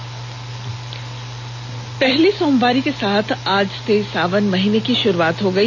सावन पहली सोमवारी के साथ आज से सावन माह की शुरुआत हो गई